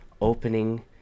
opening